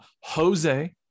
Jose